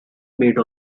made